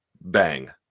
Bang